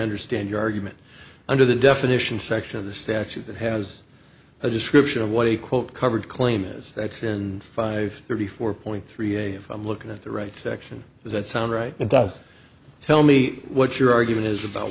understand your argument under the definition section of the statute that has a description of what a quote covered claim is that and five thirty four point three eight if i'm looking at the right section does that sound right and does tell me what your argument is about